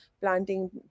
planting